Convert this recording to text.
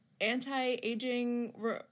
anti-aging